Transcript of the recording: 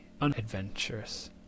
unadventurous